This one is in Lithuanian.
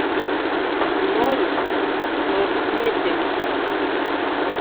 noriu nors netinka